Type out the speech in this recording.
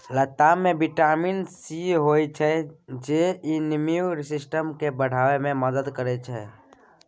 लताम मे vitamin C होइ छै जे इम्युन सिस्टम केँ बढ़ाबै मे मदद करै छै